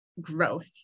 growth